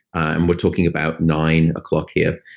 and we're talking about nine o'clock here,